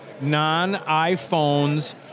non-iPhones